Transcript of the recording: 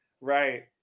right